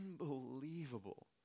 unbelievable